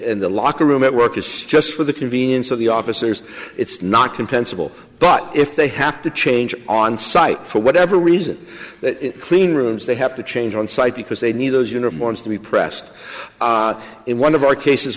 and the locker room at work is just for the convenience of the officers it's not compensable but if they have to change on site for whatever reason clean rooms they have to change on site because they need those uniforms to be pressed in one of our cases